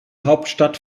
hauptstadt